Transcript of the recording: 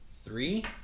three